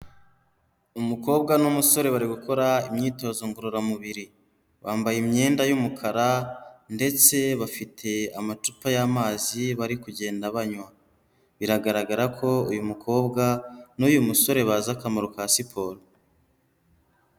Umukobwa n'umusore bari gukora imyitozo ngororamubiri. Bambaye imyenda y'umukara ndetse bafite amacupa y'amazi bari kugenda banywa. Biragaragara ko uyu mukobwa n'uyu musore bazi akamaro ka siporo.